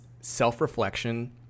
self-reflection